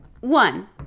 One